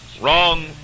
Wrong